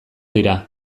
dira